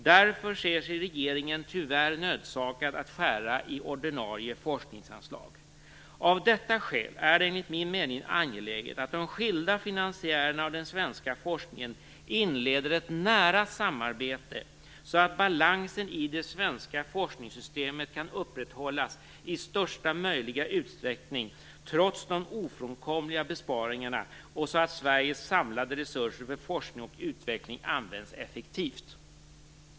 Därför ser sig regeringen tyvärr nödsakad att skära i ordinarie forskningsanslag. Av detta skäl är det enligt min mening angeläget att de skilda finansiärerna och den svenska forskningen inleder ett nära samarbete så att balansen i det svenska forskningssystemet kan upprätthållas i största möjliga utsträckning trots de ofrånkomliga besparingarna och så att Sveriges samlade resurser för forskning och utveckling används effektivt.